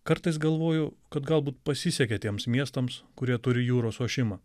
kartais galvoju kad galbūt pasisekė tiems miestams kurie turi jūros ošimą